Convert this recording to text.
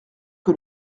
que